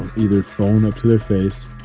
either phone up to their face,